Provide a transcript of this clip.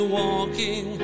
walking